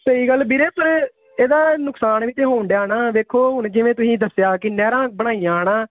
ਸਹੀ ਗੱਲ ਵੀਰੇ ਅਤੇ ਇਹਦਾ ਨੁਕਸਾਨ ਵੀ ਤਾਂ ਹੋਣ ਡਿਆ ਨਾ ਵੇਖੋ ਹੁਣ ਜਿਵੇਂ ਤੁਸੀਂ ਦੱਸਿਆ ਕਿ ਨਹਿਰਾਂ ਬਣਾਈਆਂ ਹੈ ਨਾ